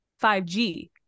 5G